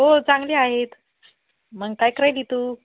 हो चांगले आहेत मग काय करायली तू